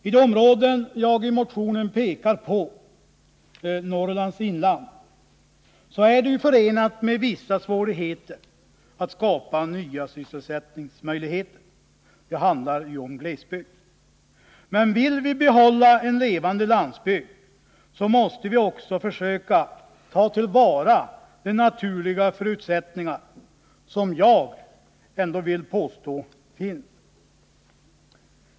I de områden — Norrlands inland — som jag pekar på i motionen är det förenat med vissa svårigheter att skapa nya sysselsättningsmöjligheter — det handlar ju om glesbygd. Men vill vi behålla en levande landsbygd måste vi också försöka ta till vara de naturliga förutsättningar som jag vill påstå ändå finns.